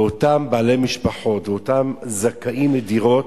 ואותם בעלי משפחות ואותם זכאים לדירות,